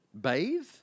Bathe